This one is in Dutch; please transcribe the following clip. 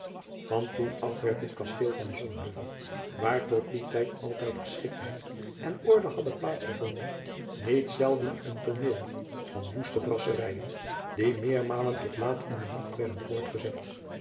van toen af werd het kasteel van sonheuvel waar tot dien tijd altijd geschiktheid en orde hadden plaats gevonden niet zelden een tooneel van woeste brasserijen die meermalen tot laat in de nacht werden voortgezet